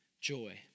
joy